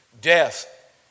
Death